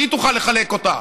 שהיא תוכל לחלק אותה,